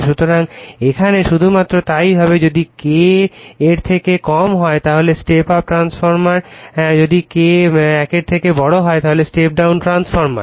সুতরাং এখানে শুধুমাত্র তাই হবে যদি K এর থেকে কম হয় তাহলে স্টেপ আপ ট্রান্সফরমার যদি K এর থেকে বড় হয় তাহলে স্টেপ ডাউন ট্রান্সফরমার